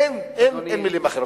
אין מלים אחרות.